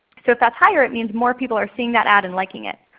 so if that's higher it means more people are seeing that ad and liking it.